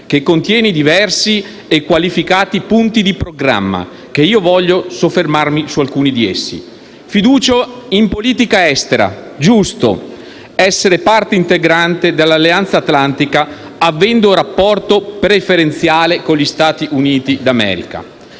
che contiene diversi e qualificati punti di programma, su cui voglio soffermarmi. Fiducia in politica estera. Giusto essere parte integrante dell'Alleanza atlantica, avendo un rapporto preferenziale con gli Stati Uniti d'America.